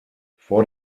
vor